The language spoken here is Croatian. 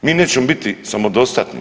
Mi nećemo biti samodostatni.